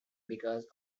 because